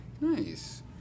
Nice